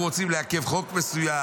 אנחנו רוצים לעכב חוק מסוים?